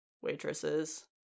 waitresses